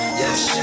yes